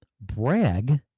brag